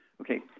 Okay